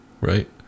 right